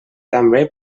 també